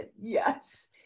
yes